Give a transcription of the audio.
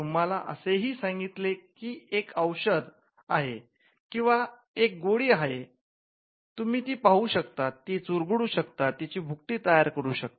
तुम्हाला असे सांगितले की एक औषध आहे किंवा एक गोळी आहे तुम्ही ती पाहू शकता ती चुरगळू शकता तिची भुकटी तयार करू शकता